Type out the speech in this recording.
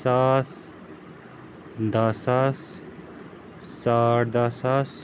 ساس دَہ ساس ساڑ دَہ ساس